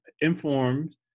informed